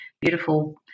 beautiful